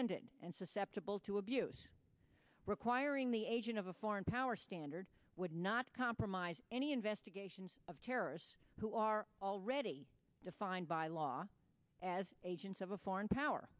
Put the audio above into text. ended and susceptible to abuse requiring the agent of a foreign power standard would not compromise any investigation of terrorists who are already defined by law as agents of a foreign power